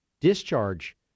discharge